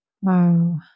Wow